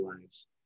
lives